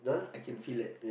I can feel that